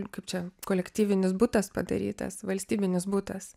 kaip čia kolektyvinis butas padarytas valstybinis butas